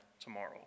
tomorrow